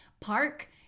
park